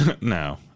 No